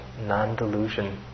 non-delusion